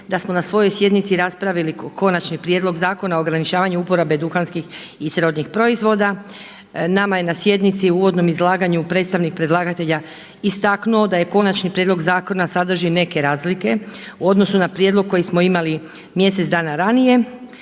da smo na svojoj sjednici raspravili Konačni prijedlog zakona o ograničavanju uporabe duhanskih i srodnih proizvoda. Nama je na sjednici u uvodnom izlaganju predstavnik predlagatelja istaknuo da konačni prijedlog zakona sadrži neke razlike u odnosu na prijedlog koji smo imali mjesec dana ranije,